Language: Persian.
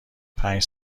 پنج